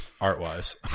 Art-wise